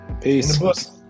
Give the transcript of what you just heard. Peace